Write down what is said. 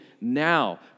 now